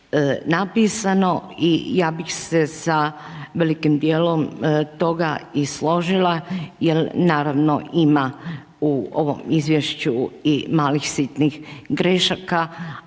napisano i ja bih se sa velikim dijelom toga i složila, jer naravno ima u ovom izvješću malih sitnih grešaka,